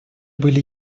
были